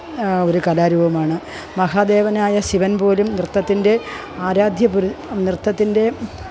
ഒരു കലാരൂപമാണ് മഹാദേവനായ ശിവന് പോലും നൃത്തത്തിന്റെ ആരാധ്യപുര് നൃത്തത്തിന്റ്റെം